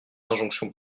d’injonction